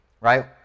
Right